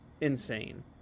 insane